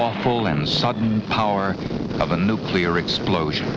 awful and sudden power of a nuclear explosion